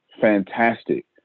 fantastic